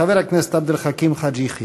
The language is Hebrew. חבר הכנסת עבד אל חכים חאג' יחיא.